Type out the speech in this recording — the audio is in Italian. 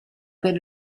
per